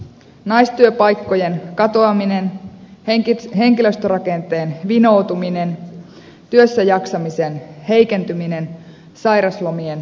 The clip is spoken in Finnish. naistyöpaikkojen katoaminen henkilöstörakenteen vinoutuminen työssäjaksamisen heikentyminen sairauslomien lisääntyminen